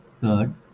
third